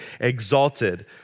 exalted